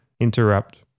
interrupt